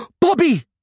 Bobby